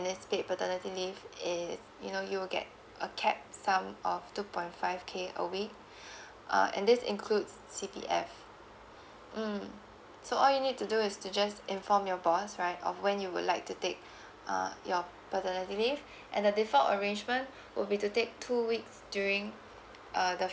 this paid paternity leave is you'll get a cap sum of two point five k a week uh and this includes C_D_F mm so all you need to do is to just inform your boss right on when you would like to take uh your paternity leave and the default arrangement will be to take two weeks during uh the